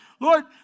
Lord